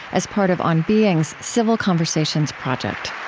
as part of on being's civil conversations project